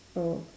oh